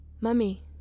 Mummy